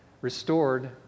restored